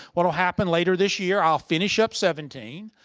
what'll happen later this year, i'll finish up seventeen,